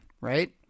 right